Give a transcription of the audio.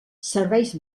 serveis